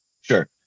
Sure